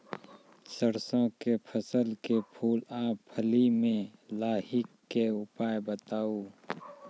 सरसों के फसल के फूल आ फली मे लाहीक के उपाय बताऊ?